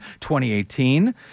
2018